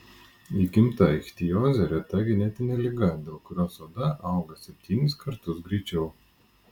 įgimta ichtiozė reta genetinė liga dėl kurios oda auga septynis kartus greičiau